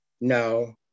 no